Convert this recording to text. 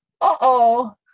Uh-oh